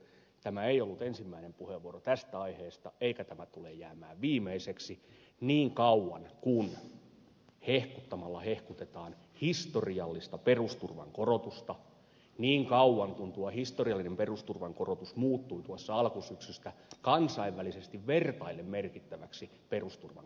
tämä ei ollut ensimmäinen puheenvuoro tästä aiheesta eikä tämä tule jäämään viimeiseksi niin kauan kuin hehkuttamalla hehkutetaan historiallista perusturvan korotusta niin kauan kuin tuo historiallinen perusturvan korotus muuttui tuossa alkusyksystä kansainvälisesti vertaillen merkittäväksi perusturvan korotukseksi